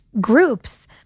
groups